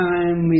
Time